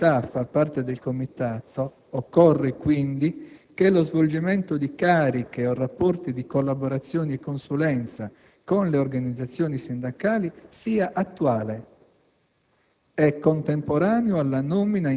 Perché sorga l'incompatibilità a far parte del comitato occorre, quindi, che lo svolgimento di cariche o rapporti di collaborazione e consulenza con le organizzazioni sindacali sia attuale